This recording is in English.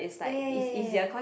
ya ya ya ya ya